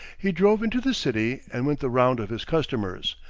he drove into the city and went the round of his customers,